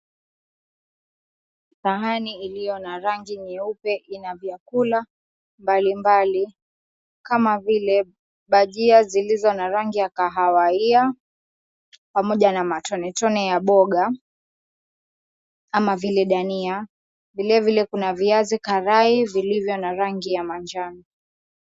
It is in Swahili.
Sahani iliyo na rangi nyeupe ina vyakula mbalimbali kama vile bajia zilizo na rangi ya kahawia pamoja na matonetone ya mboga kama vile dania, vilevile kuna viazi karai vilivyo na rangi ya manjano.